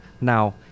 now